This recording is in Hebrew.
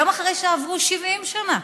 גם אחרי שעברו 70 שנה.